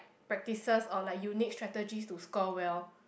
practices or like you need strategies to score well